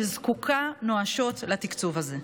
שזקוקה נואשות לתקצוב הזה.